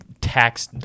tax